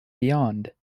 beyond